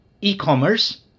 e-commerce